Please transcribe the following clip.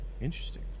Interesting